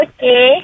Okay